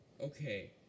Okay